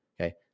okay